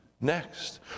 next